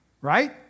Right